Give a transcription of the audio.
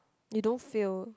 you don't feel